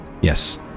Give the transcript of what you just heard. Yes